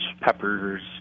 peppers